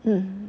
mm